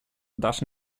does